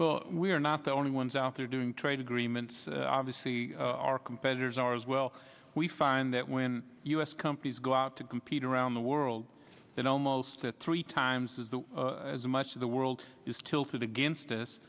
well we're not the only ones out there doing trade agreements obviously our competitors are as well we find that when u s companies go out to compete around the world that almost three times as much of the world is tilted against